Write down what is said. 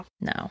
No